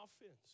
offense